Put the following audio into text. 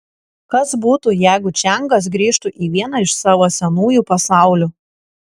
kas būtų jeigu čiangas grįžtų į vieną iš savo senųjų pasaulių